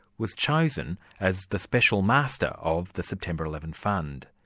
was chosen as the special master of the september eleven fund.